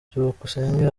byukusenge